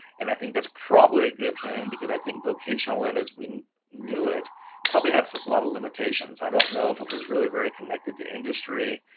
and i think that's probably a good thing because i think vocational ed as we knew it probably had a lot of limitations. i don't know if it was really very connected to industry,